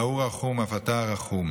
מה הוא רחום, אף אתה רחום.